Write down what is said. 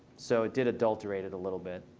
so it did adulterate it a little bit.